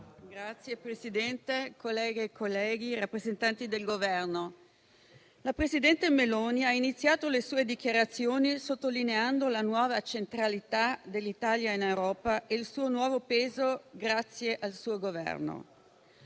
Signora Presidente, colleghe e colleghi, rappresentanti del Governo, la presidente Meloni ha iniziato le sue dichiarazioni sottolineando la nuova centralità dell'Italia in Europa e il suo nuovo peso grazie al suo Governo.